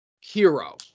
Hero